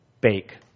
bake